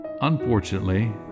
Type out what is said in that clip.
Unfortunately